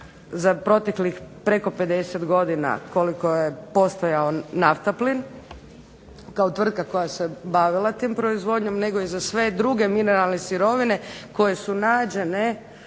za proteklih preko 50 godina, koliko je postojao Naftaplin, kao tvrtka koja se bavi tom proizvodnjom, nego i za sve druge mineralne sirovine koje su nađene